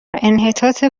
انحطاط